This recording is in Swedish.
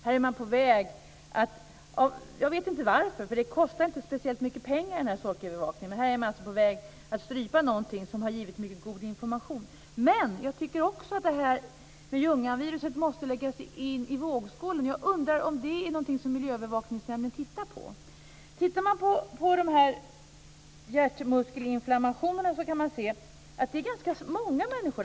Jag vet inte varför, för den här sorkövervakningen kostar inte särskilt mycket pengar. Man är på väg att strypa någonting som har givit mycket god information. Jag tycker att också Ljunganviruset måste läggas i vågskålen. Jag undrar om Miljöövervakningsnämnden tittar på den frågan. Hjärtmuskelinflammationerna drabbar ganska många människor.